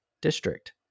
district